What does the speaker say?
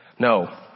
No